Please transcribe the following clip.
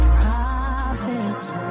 prophets